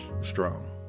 strong